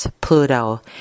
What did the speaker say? Pluto